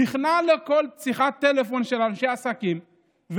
נכנע לכל שיחת טלפון של אנשי עסקים,